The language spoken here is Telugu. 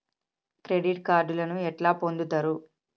క్రెడిట్ కార్డులను ఎట్లా పొందుతరు?